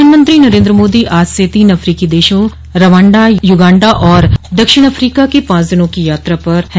प्रधानमंत्री नरेन्द्र मोदी आज से तीन अफ्रीकी देशों रवांडा युगांडा और दक्षिण अफ्रीका की पांच दिनों की यात्रा पर है